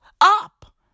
up